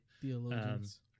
Theologians